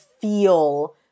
feel